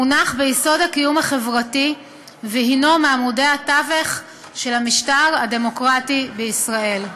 מונח ביסוד הקיום החברתי והנו מעמודי התווך של המשטר הדמוקרטי בישראל.